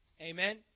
Amen